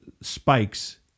spikes